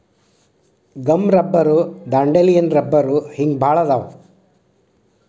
gum rubber dandelion rubber ಹಿಂಗ ಬಾಳ ಅದಾವ